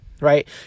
right